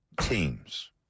teams